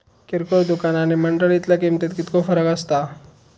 किरकोळ दुकाना आणि मंडळीतल्या किमतीत कितको फरक असता?